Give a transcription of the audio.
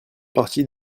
partie